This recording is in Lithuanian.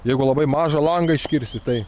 jeigu labai mažą langą iškirsi tai